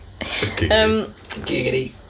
Giggity